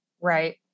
right